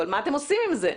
אבל מה אתם עושים עם זה?